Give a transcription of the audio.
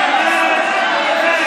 לך.